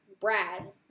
Brad